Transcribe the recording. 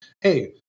Hey